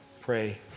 pray